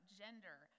gender